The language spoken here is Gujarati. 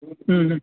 હં હં